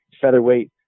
featherweight